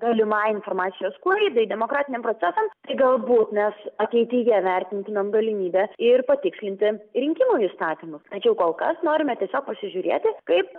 galimai informacijos sklaidai demokratiniam procesams galbūt nes ateityje vertintumėm galimybes ir patikslinti rinkimų įstatymus tačiau kol kas norime tiesiog pasižiūrėti kaip